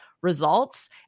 results